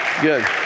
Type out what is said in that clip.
Good